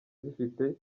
zifite